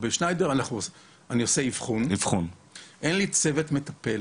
אני עושה שם אבחון, אין לי שם צוות מטפל